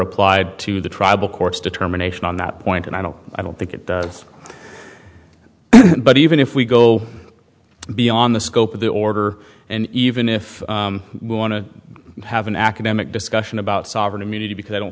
applied to the tribal courts determination on that point and i don't i don't think it does but even if we go beyond the scope of the order and even if we want to have an academic discussion about sovereign immunity because i don't